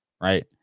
right